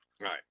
right